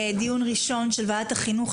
דיון ראשון של ועדת החינוך,